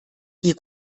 die